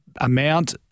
amount